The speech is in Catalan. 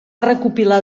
recopilar